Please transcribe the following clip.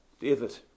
David